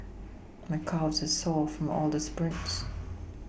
my calves are sore from all the sprints